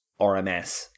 RMS